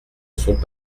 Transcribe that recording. sont